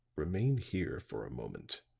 remain here for a moment.